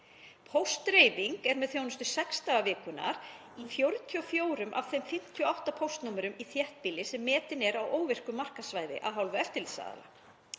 Póstdreifing er með þjónustu sex daga vikunnar í 44 af þeim 58 póstnúmerum í þéttbýli sem metin eru á óvirku markaðssvæði af hálfu eftirlitsaðila.